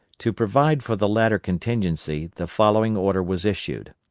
to provide for the latter contingency the following order was issued